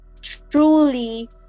truly